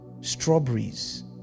strawberries